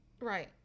right